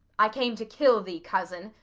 i came to kill thee, cousin,